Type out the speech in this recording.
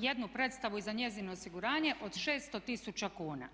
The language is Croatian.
jednu predstavu i za njezino osiguranje od 600 tisuća kuna.